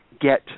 get